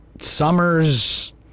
Summers